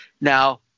Now